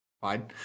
fine